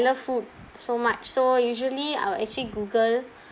love food so much so usually I will actually google